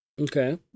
Okay